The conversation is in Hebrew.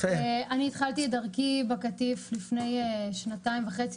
התחלתי את דרכי בקטיף לפני שנתיים וחצי.